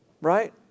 Right